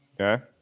Okay